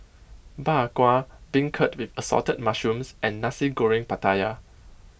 Bak Kwa Beancurd with Assorted Mushrooms and Nasi Goreng Pattaya